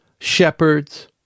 shepherds